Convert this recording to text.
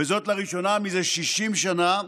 וזאת לראשונה מזה 60 שנה.